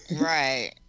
Right